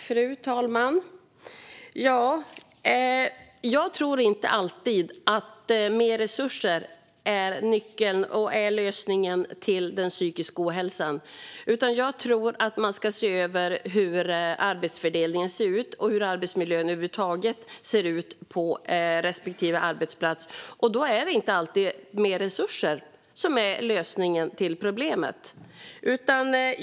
Fru talman! Jag tror inte att mer resurser alltid är lösningen när det gäller den psykiska ohälsan. Jag tror att man ska se över hur arbetsfördelningen och arbetsmiljön över huvud taget ser ut på respektive arbetsplats. Då är det inte alltid mer resurser som är lösningen på problemet.